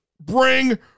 bring